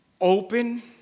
open